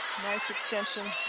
nice extension